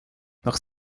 nach